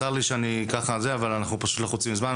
צר לי, אנחנו פשוט לחוצים בזמן.